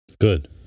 Good